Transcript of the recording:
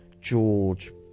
George